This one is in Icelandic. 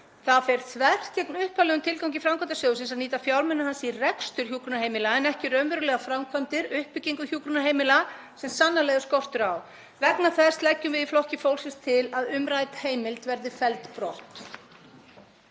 Það fer þvert gegn upphaflegum tilgangi framkvæmdasjóðsins að nýta fjármuni hans í rekstur hjúkrunarheimila en ekki í raunverulegar framkvæmdir, uppbyggingu hjúkrunarheimila, sem sannarlega er skortur á. Þess vegna leggjum við í Flokki fólksins til að umrædd heimild verði felld brott.